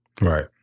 Right